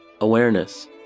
Awareness